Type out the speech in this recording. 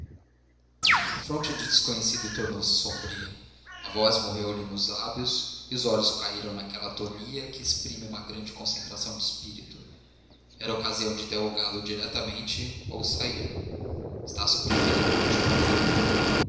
a fronte do desconhecido tornou-se sombria a voz morreu-lhe nos lábios e os olhos caíram naquela atonia que exprime uma grande concentração de espírito era ocasião de interrogá-lo diretamente ou sair estácio preferiu o último alvitre